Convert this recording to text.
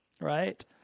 right